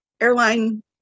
airline